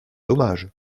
dommage